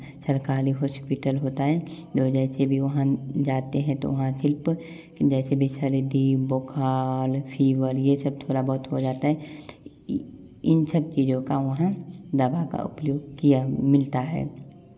सरकारी हॉस्पिटल होता है जो जैसे भी हम जाते हैं तो वहाँ सिर्फ़ जैसे सर्दी बुखार फीवर है यह सब थोड़ा बहुत हो जाता है इन सब चीज़ों का वहाँ दवा का उपयोग किया मिलता है